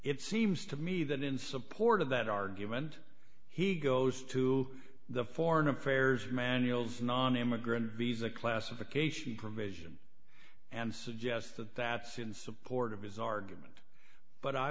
it seems to me that in support of that argument he goes to the foreign affairs manuals nonimmigrant visa classification provision and suggests that that's in support of his argument but i